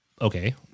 Okay